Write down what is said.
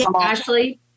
Ashley